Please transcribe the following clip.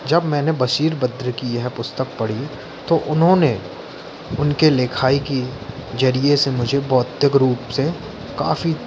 जब मैंने बशीर बद्र की यह पुस्तक पढ़ी तो उन्होंने उनकी लिखाई की ज़रिए से मुझे भौतिक रूप से काफ़ी